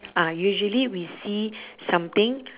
ah usually we see something